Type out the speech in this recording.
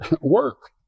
work